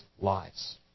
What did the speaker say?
lives